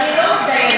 אני אספר לך,